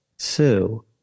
Sue